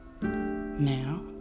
Now